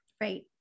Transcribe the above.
Right